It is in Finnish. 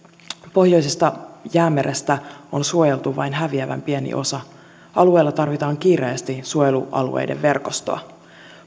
pohjoisesta jäämerestä on suojeltu vain häviävän pieni osa alueella tarvitaan kiireesti suojelualueiden verkostoa